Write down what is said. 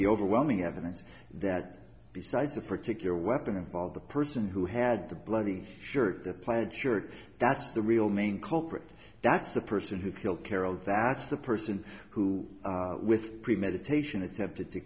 the overwhelming evidence that besides a particular weapon involved a person who had the bloody sure planted sure that's the real main culprit that's the person who killed carol that's the person who with premeditation attempted to